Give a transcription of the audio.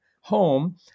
home